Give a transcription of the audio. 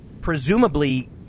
presumably